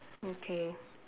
okay